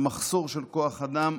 במחסור של כוח אדם,